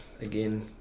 again